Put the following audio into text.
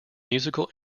musical